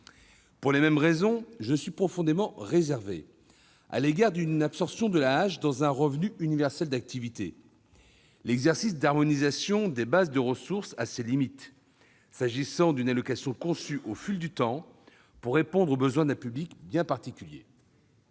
Pour les mêmes raisons, je suis profondément réservé à l'égard d'une absorption de l'AAH dans un revenu universel d'activité. L'exercice d'harmonisation des bases de ressources a ses limites, s'agissant d'une allocation conçue au fil du temps pour répondre aux besoins d'un public bien particulier.